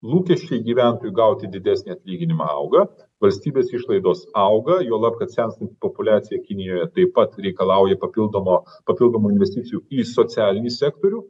lūkesčiai gyventojų gauti didesnį atlyginimą auga valstybės išlaidos auga juolab kad senstanti populiacija kinijoje taip pat reikalauja papildomo papildomų investicijų į socialinį sektorių